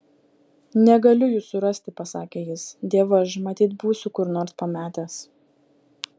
negaliu jų surasti pasakė jis dievaž matyt būsiu kur nors pametęs